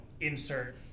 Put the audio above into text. insert